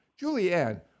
Julianne